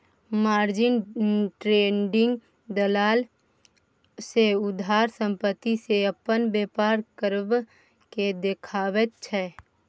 margin trading दलाल सँ उधार संपत्ति सँ अपन बेपार करब केँ देखाबैत छै